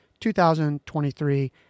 2023